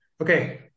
Okay